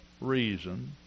reason